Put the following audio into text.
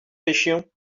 pêchions